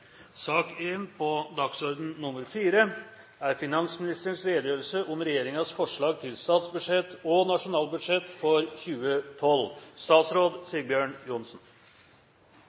sak nr. 1 avsluttet. Presidenten vil foreslå at finansministerens redegjørelse om regjeringens forslag til statsbudsjett og nasjonalbudsjett for 2012